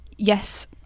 Yes